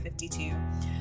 52